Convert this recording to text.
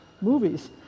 movies